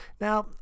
now